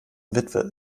witwe